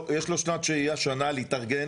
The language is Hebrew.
יש לו שנת שהייה שנה להתארגן,